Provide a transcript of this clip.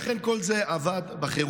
לכן כל זה עבד בחירום.